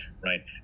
right